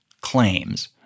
claims